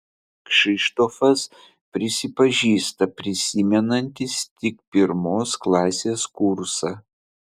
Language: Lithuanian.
kšištofas prisipažįsta prisimenantis tik pirmos klasės kursą